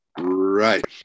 Right